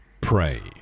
Pray